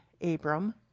Abram